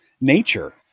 nature